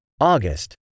August